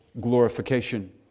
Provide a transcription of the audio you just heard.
glorification